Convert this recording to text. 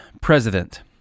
president